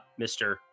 Mr